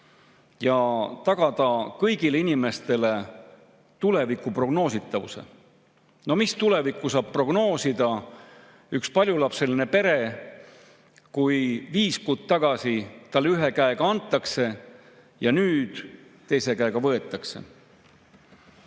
ja tagada kõigile inimestele tuleviku prognoositavus. No mis tulevikku saab prognoosida üks paljulapseline pere, kui viis kuud tagasi talle ühe käega antakse ja nüüd teise käega võetakse?